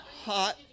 hot